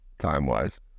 time-wise